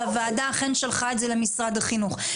אבל הוועדה אכן שלחה את זה למשרד החינוך,